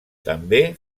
també